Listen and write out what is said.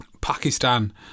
Pakistan